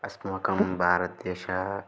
अस्माकं भारतदेशः